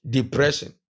Depression